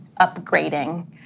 upgrading